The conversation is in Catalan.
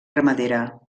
ramadera